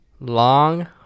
Long